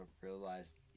realized